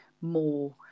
more